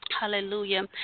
hallelujah